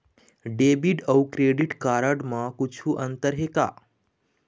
Debit अऊ credit card म कुछू अंतर हे का?